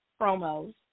promos